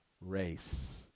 race